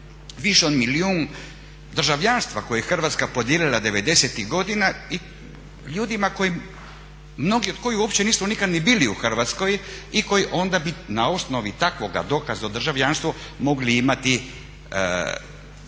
više od milijun državljanstva koje je Hrvatska podijelila devedesetih godina ljudima mnogi od koji uopće nisu ni bili u Hrvatskoj i koji bi onda na osnovi takvog dokaza o državljanstvu mogli imati